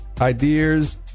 ideas